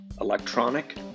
electronic